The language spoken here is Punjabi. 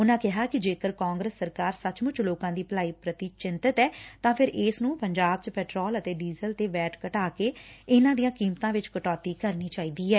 ਉਨਾਂ ਕਿਹਾ ਕਿ ਜੇਕਰ ਕਾਂਗਰਸ ਸਰਕਾਰ ਸਚਮੁੱਚ ਲੋਕਾ ਦੀ ਭਲਾਈ ਪ੍ਰਤੀ ਚਿੰਤਤ ਏ ਤਾਂ ਫਿਰ ਇਸ ਨੂੰ ਪੰਜਾਬ ਵਿਚ ਪੈਟਰੋਲ ਅਤੇ ਡੀਜ਼ਲ ਤੇ ਵੈਟ ਘਟਾ ਕੇ ਇਨਾਂ ਦੀਆਂ ਕੀਮਤਾ ਵਿਚ ਕਟੌਤੀ ਕਰਨੀ ਚਾਹੀਦੀ ਏ